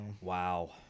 Wow